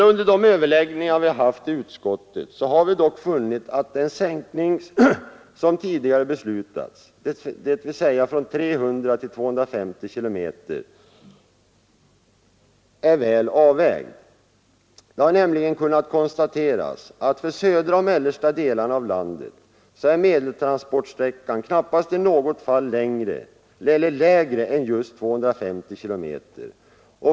Under de överläggningar vi haft i utskottet har vi dock funnit att den sänkning som tidigare Nr 66 beslutats, dvs. från 300 till 250 km, är väl avvägd. Det har nämligen Onsdagen den kunnat konstateras att för södra och mellersta delarna av landet är 24 april 1974 medeltransportsträckan knappast i något fall kortare än just 250 km.